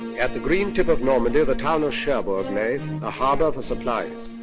at the green tip of normandy, the town of cherbourg lay, a harbor for supplies.